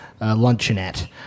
luncheonette